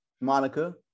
Monica